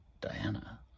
Diana